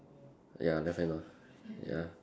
ya definitely not ya